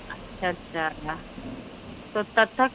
अच्छा अच्छा या तो कथक